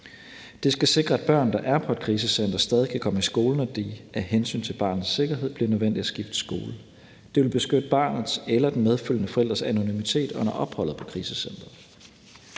Det skal sikre, at børn, der er på et krisecenter, stadig kan komme i skole, når det af hensyn til barnets sikkerhed bliver nødvendigt at skifte skole. Det vil beskytte barnets eller den medfølgende forældres anonymitet under opholdet på krisecenteret.